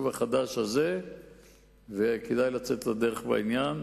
החדש הזה ואם כדאי לצאת לדרך בעניין.